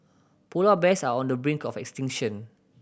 polar bears are on the brink of extinction